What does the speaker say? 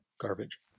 garbage